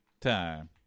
time